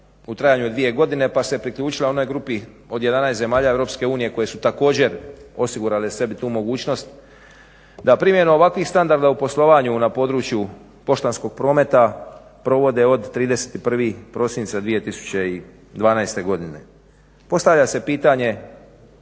u trajanju od 2 godine pa se priključila onoj grupi od 11 zemalja EU koje su također osigurale sebi tu mogućnost da primjenom ovakvih standarda u poslovanju na području poštanskog prometa provode od 31. prosinca 2012. godine. Postavlja se pitanje